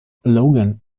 logan